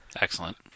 Excellent